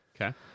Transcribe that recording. Okay